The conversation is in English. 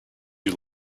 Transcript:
you